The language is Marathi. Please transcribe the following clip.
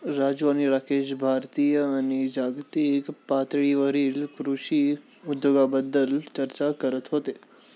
राजू आणि राकेश भारतीय आणि जागतिक पातळीवरील कृषी उद्योगाबद्दल चर्चा करत होते